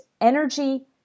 energy